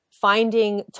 finding